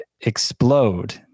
explode